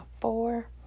four